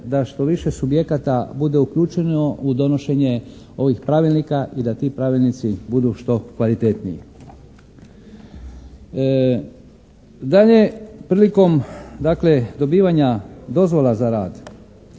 što više subjekata bude uključeno u donošenje ovih pravilnika i da ti pravilnici budu što kvalitetniji. Dalje, prilikom dakle dobivanja dozvola za rad